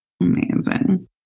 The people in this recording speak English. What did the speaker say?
Amazing